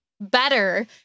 better